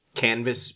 canvas